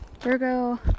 Virgo